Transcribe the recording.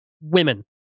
women